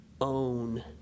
own